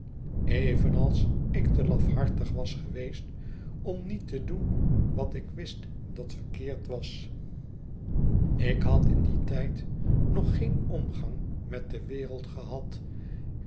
evenals ik te lafhartig was geweest om niet te doen wat ik wist dat verkeerd was ik had in dien tijd nog geen omgang met de wereld gehad